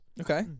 Okay